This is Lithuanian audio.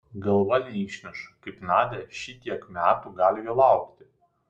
galva neišneša kaip nadia šitiek metų gali jo laukti